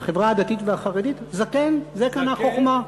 בחברה הדתית והחרדית, זקן, זה קנה חוכמה.